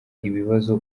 ibibazo